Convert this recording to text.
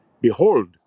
Behold